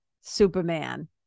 Superman